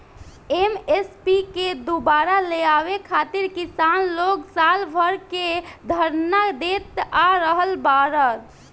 MSP के दुबारा लियावे खातिर किसान लोग साल भर से धरना देत आ रहल बाड़न